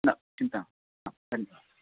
न चिन्ता धन्यवादः